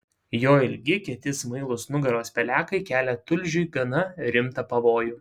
jo ilgi kieti smailūs nugaros pelekai kelia tulžiui gana rimtą pavojų